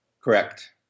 Correct